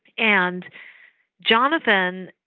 and jonathan,